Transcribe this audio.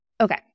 Okay